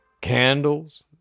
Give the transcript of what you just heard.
candles